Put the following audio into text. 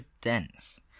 dense